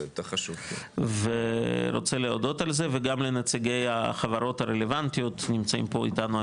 אני רוצה להודות על זה גם לנציגי החברות הרלבנטיות שנמצאים פה איתנו,